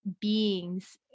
beings